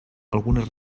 algunes